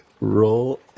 Roll